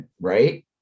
Right